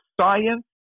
science